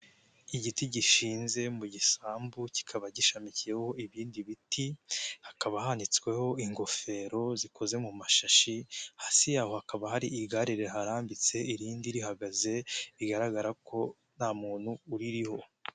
Igiti gishinze mu gisambu, kikaba gishamikiyeho ibindi biti, hakaba hambiitsweho ingofero zikoze mu mashashi, hasi yaho hakaba hari igare riharambitse irindi rihagaze, bigaragara ko nta muntu uririho.